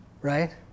right